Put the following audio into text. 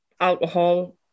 alcohol